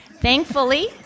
Thankfully